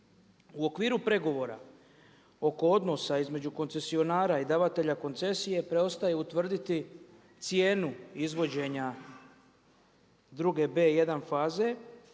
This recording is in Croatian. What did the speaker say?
U okviru pregovora oko odnosa između koncesionara i davatelja koncesije preostaje utvrditi cijenu izvođenja druge B1 faze